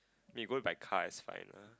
you go by car it's fine lah